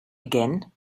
again